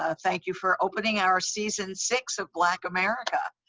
ah thank you for opening our season six of black america.